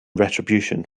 retribution